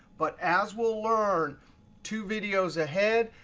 but, as we'll learn two videos ahead,